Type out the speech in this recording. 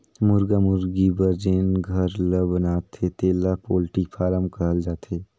मुरगा मुरगी बर जेन घर ल बनाथे तेला पोल्टी फारम कहल जाथे